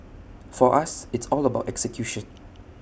for us it's all about execution